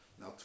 Now